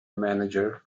manager